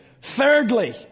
Thirdly